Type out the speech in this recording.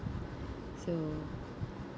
so